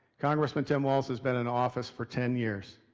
congressman tim walz has been in office for ten years.